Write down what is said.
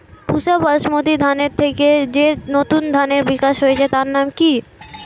পুসা বাসমতি ধানের থেকে যে নতুন ধানের বিকাশ হয়েছে তার নাম কি?